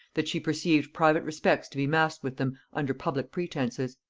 that she perceived private respects to be masked with them under public pretences.